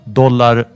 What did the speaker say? dollar